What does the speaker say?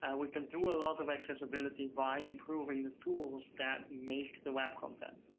and we can do a lot of accessibility by improving the tools that make the web content.